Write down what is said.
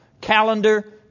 calendar